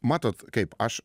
matot kaip aš